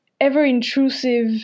ever-intrusive